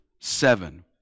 seven